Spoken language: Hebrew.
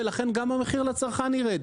ולכן גם המחיר לצרכן ירד.